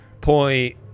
point